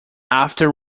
after